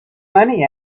money